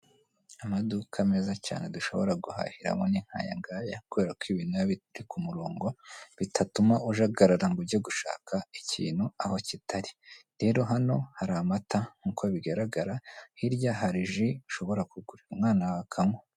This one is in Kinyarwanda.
Amaduka meza cyane dushobora guhahiramo ni nk'aya ngaya, kubera ko ibintu biri ku murongo bitatuma ujagarara ngo uge gushaka ikintu aho kitari, rero hano hari amata nk'uko bigaragara, hirya hari ji ushobora kugurira umwana wawe akanywa.